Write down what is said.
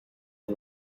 and